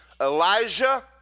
Elijah